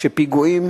שפיגועים